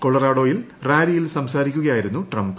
കൊളറാഡോയിൽ റാലിയിൽ സംസാരിക്കുകയായിരുന്നു ട്രംപ്